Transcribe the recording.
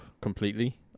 completely